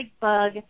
bug